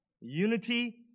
Unity